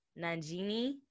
nanjini